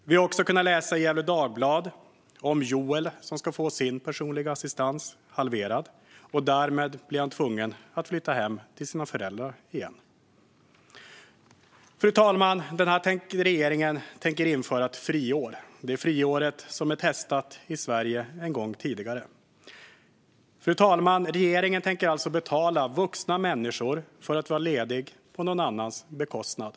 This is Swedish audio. Vi har också kunnat läsa i Gefle Dagblad om Joel som ska få sin personliga assistans halverad. Därmed blir han tvungen att flytta hem till sina föräldrar igen. Fru talman! Denna regering tänker införa ett friår. Friåret är testat i Sverige en gång tidigare. Fru talman! Regeringen tänker alltså betala vuxna människor för att vara lediga på någon annans bekostnad.